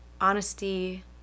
honesty